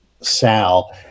Sal